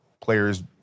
players